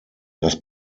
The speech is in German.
das